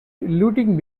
looting